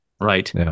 right